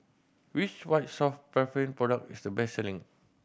which White Soft Paraffin product is the best selling